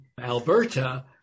Alberta